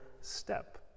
step